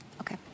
Okay